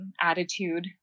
attitude